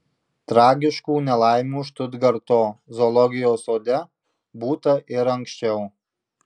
tragiškų nelaimių štutgarto zoologijos sode būta ir anksčiau